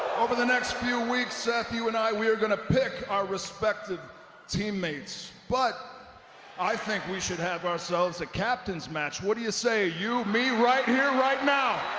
over the next few weeks seth, you and i we are gonna pick our respective teammates, but i think we should have ourselves a captain's match, what do you say, you me, right here, right now.